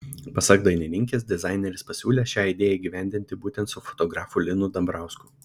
pasak dainininkės dizaineris pasiūlė šią idėją įgyvendinti būtent su fotografu linu dambrausku